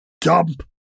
dump